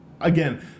again